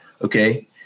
Okay